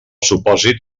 supòsit